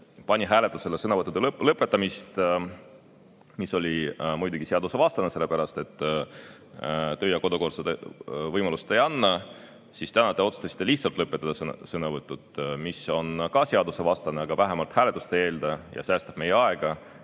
pani hääletusele sõnavõttude lõpetamise, mis oli muidugi seadusevastane, sellepärast et töö‑ ja kodukord seda võimalust ei anna, siis täna te otsustasite lihtsalt lõpetada sõnavõtud, mis on ka seadusevastane, aga vähemalt hääletust ei eelda ja säästab meie aega.